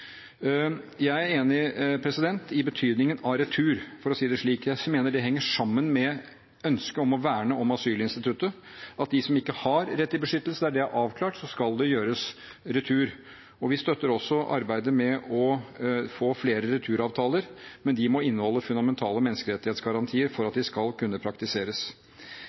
Jeg er enig i betydningen av retur – for å si det slik. Jeg mener det henger sammen med ønsket om å verne om asylinstituttet, at for dem som ikke har rett til beskyttelse – der det er avklart – skal det gjøres retur. Vi støtter også arbeidet med å få flere returavtaler, men de må inneholde fundamentale menneskerettighetsgarantier for at de skal kunne praktiseres.